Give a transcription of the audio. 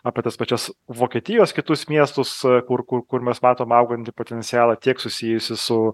apie tas pačias vokietijos kitus miestus kur kur kur mes matom augantį potencialą tiek susijusį su